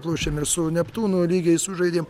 aplošėm ir su neptūnu lygiai sužaidėm